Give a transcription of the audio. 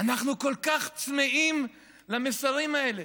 אנחנו כל כך צמאים למסרים האלה,